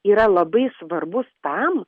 yra labai svarbus tam